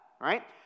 right